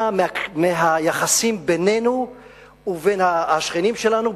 של היחסים בינינו ובין השכנים שלנו,